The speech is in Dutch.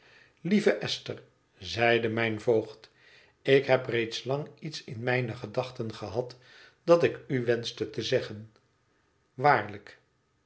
lieve esther zeide mijn voogd ik heb reeds lang iets in mijne gedachten gehad dat ik u wenschte te zeggen waarlijk